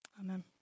Amen